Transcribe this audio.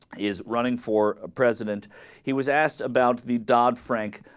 is running for a president he was asked about the don frank